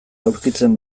aurkitzen